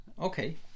Okay